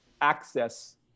access